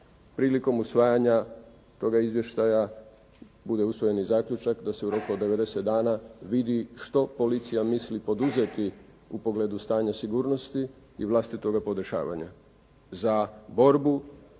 prilikom usvajanja toga izvještaja bude usvojen i zaključak da se u roku od 90 dana vidi što policija misli poduzeti u pogledu stanja sigurnosti i vlastitoga podešavanja, za borbu